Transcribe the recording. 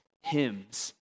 hymns